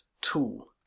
tool